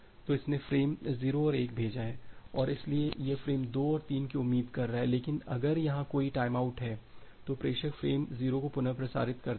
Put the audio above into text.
तो इसने फ्रेम 0 और 1 भेजा है और इसलिए यह फ्रेम 2 और 3 की उम्मीद कर रहा है लेकिन अगर यहां कोई टाइमआउट है तो प्रेषक फ्रेम 0 को पुनः प्रसारित करता है